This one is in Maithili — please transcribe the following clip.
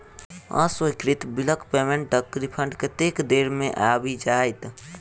अस्वीकृत बिलक पेमेन्टक रिफन्ड कतेक देर मे आबि जाइत?